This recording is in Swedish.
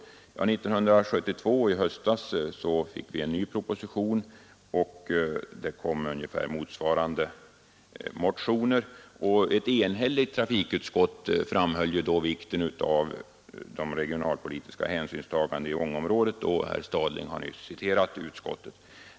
Hösten 1972 fick vi en ny proposition, som föranledde motioner av ungefär motsvarande innebörd. Ett enhälligt trafikutskott framhöll då vikten av regionalpolitiska hänsynstaganden i Ångeområdet, och herr Stadling har ju nyss citerat utskottet.